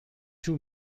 two